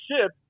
ship